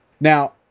Now